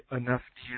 enough